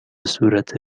صورت